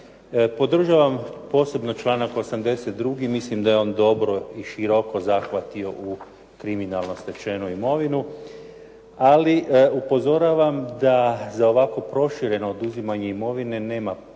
Podržavam posebno članak 82., mislim da je on dobro i široko zahvatio u kriminalno stečenu imovinu, ali upozoravam da za ovako prošireno oduzimanje imovine nema odgovarajućih